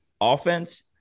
offense